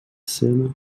cena